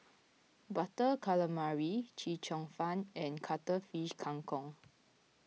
Butter Calamari Chee Cheong Fun and Cuttlefish Kang Kong